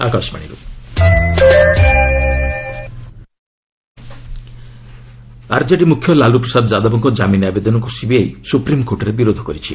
SC ଲାଲ୍ନ ଆର୍କେଡି ମୁଖ୍ୟ ଲାଲୁ ପ୍ରସାଦ ଯାଦବଙ୍କ ଜାମିନ୍ ଆବେଦନକୁ ସିବିଆଇ ସୁପ୍ରିମ୍କୋର୍ଟରେ ବିରୋଧ କରିଛି